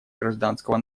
гражданского